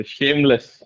Shameless